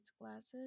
glasses